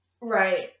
Right